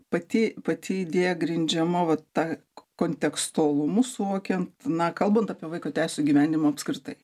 pati pati idėja grindžiama vat ta kontekstualumu suvokiant na kalbant apie vaiko teisių įgyvendinimą apskritai